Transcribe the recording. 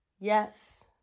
Yes